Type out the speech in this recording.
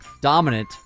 dominant